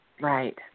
right